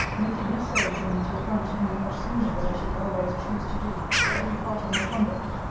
make it necessary for me to account to him much sooner than i should otherwise choose to do, for every part of my conduct.